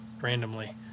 randomly